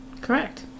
Correct